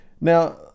Now